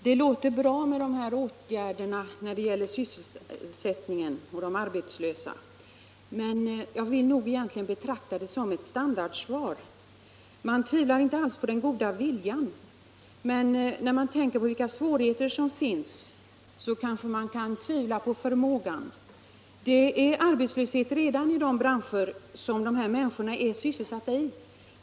Herr talman! Det låter bra med de här åtgärderna för sysselsättningen och de arbetslösa. Men jag vill egentligen betrakta det som ett standardsvar. Man tvivlar inte alls på den goda viljan, men när man tänker på vilka svårigheter som finns kanske man kan tvivla på förmågan. Det är redan arbetslöshet i de branscher som de här människorna är sysselsatta i.